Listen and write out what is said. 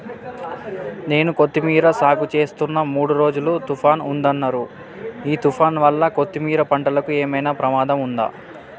నేను కొత్తిమీర సాగుచేస్తున్న మూడు రోజులు తుఫాన్ ఉందన్నరు ఈ తుఫాన్ వల్ల కొత్తిమీర పంటకు ఏమైనా ప్రమాదం ఉందా?